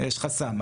יש חסם.